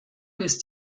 ist